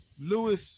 Lewis